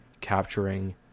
capturing